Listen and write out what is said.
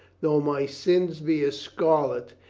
though my sins be as scarlet,